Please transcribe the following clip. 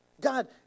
God